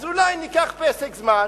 אז אולי ניקח פסק זמן,